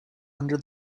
under